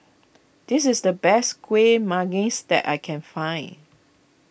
this is the best Kueh Manggis that I can find